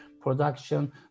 production